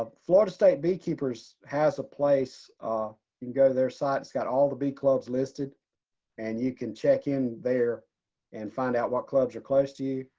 ah florida state beekeepers has a place you can go their site. it s got all the bee clubs listed and you can check in there and find out what clubs are close to you.